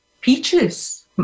peaches